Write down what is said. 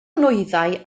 nwyddau